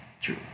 true